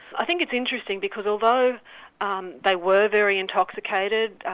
i think it's interesting because although um they were very intoxicated,